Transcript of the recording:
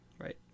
right